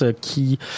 qui